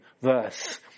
verse